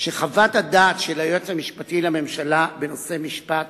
שחוות הדעת של היועץ המשפטי לממשלה בנושא משפט